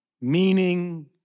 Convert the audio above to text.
meaning